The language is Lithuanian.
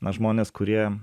na žmonės kurie